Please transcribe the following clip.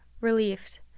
relieved